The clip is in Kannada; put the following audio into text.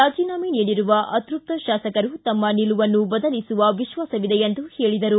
ರಾಜೀನಾಮೆ ನೀಡಿರುವ ಅತೃಪ್ತ ಶಾಸಕರು ತಮ್ಮ ನಿಲುವನ್ನು ಬದಲಿಸುವ ವಿಶ್ವಾಸವಿದೆ ಎಂದು ಹೇಳಿದರು